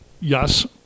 yes